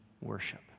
worship